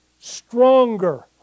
stronger